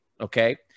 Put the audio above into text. okay